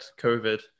COVID